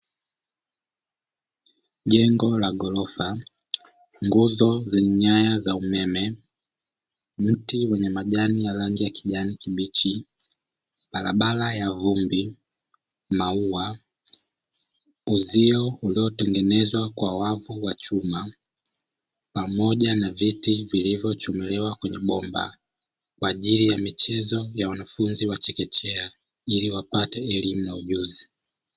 Jengo la ghorofa nguzo zenye nyaya za umeme miti yenye majani ya rangi ya kijani kibichi, barabara ya vumbi, maua, uzio uliotengenezwa kwa wavu wa chuma pamoja na viti vilivyo chomelewa kwenye bomba kwa ajili ya michezo ya wanafunzi wa chekechea ili wapate elimu na ujuzi.